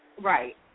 Right